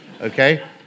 Okay